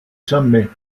sommet